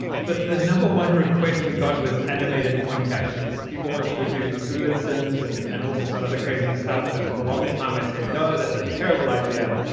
but the number one request we got was animated point caches. people wanted to do fluid sims and and all sorts of other crazy stuff. and for the longest time i said, no, that's a terrible idea.